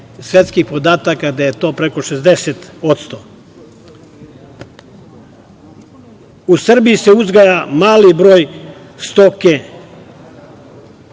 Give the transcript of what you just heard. svetskih podataka da je to preko 60%. U Srbiji se uzgaja mali broj stoke.